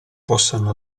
possano